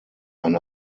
eine